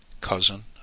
Cousin